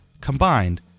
Combined